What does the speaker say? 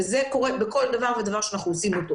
וזה קורה בכל דבר ודבר שאנחנו עושים,